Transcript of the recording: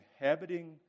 inhabiting